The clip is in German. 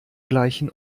gleichen